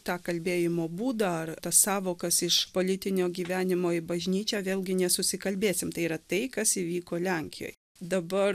tą kalbėjimo būdą ar tas sąvokas iš politinio gyvenimo į bažnyčią vėlgi nesusikalbėsim tai yra tai kas įvyko lenkijoj dabar